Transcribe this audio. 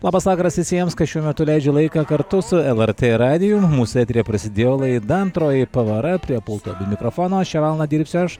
labas vakaras visiems kas šiuo metu leidžia laiką kartu su lrt radiju mūsų eteryje prasidėjo laida antroji pavara prie pulto bei mikrofono šią valandą dirbsiu aš